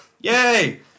Yay